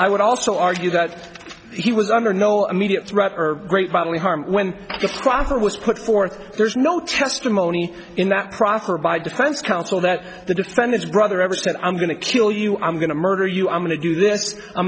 i would also argue that he was under no immediate threat or great bodily harm when just proper was put forth there's no testimony in that proffer by defense counsel that the defendants brother ever said i'm going to kill you i'm going to murder you i'm going to do this i'm